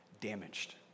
damaged